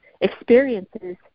experiences